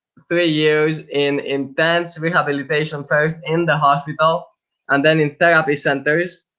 three years in intense rehabilitation, first in the hospital and then in therapy centers.